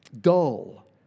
dull